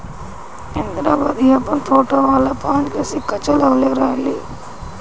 इंदिरा गांधी अपन फोटो वाला पांच के सिक्का चलवले रहली